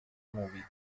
movie